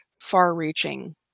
far-reaching